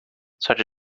such